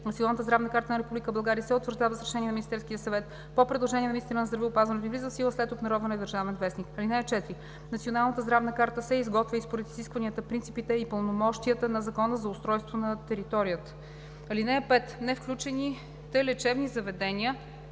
(4) Националната здравна карта се изготвя и според изискванията, принципите и пълномощията на Закона за устройство на територията. (5) Невключените лечебни, здравни